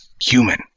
human